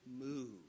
move